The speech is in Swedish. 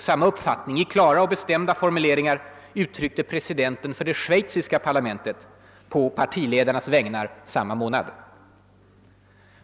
Samma uppfattning i klara och bestämda ordalag uttryckte presidenten för det schweiziska parlamentet på partiledarnas vägnar samma månad.